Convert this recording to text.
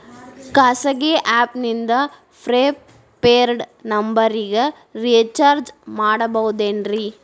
ಖಾಸಗಿ ಆ್ಯಪ್ ನಿಂದ prepaid ನಂಬರಿಗ ರೇಚಾರ್ಜ್ ಮಾಡಬಹುದೇನ್ರಿ?